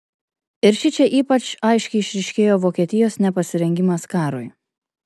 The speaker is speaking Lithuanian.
ir šičia ypač aiškiai išryškėjo vokietijos nepasirengimas karui